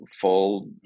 full